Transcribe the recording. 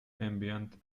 ambient